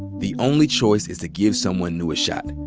the only choice is to give someone new a shot.